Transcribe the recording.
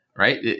right